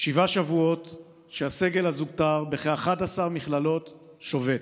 שבעה שבועות שהסגל הזוטר בכ-11 מכללות שובת.